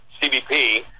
CBP